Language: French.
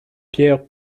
pierre